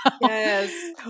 Yes